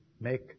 make